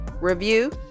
review